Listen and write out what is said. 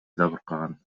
жабыркаган